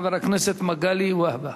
חבר הכנסת מגלי והבה.